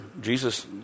Jesus